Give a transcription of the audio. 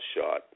shot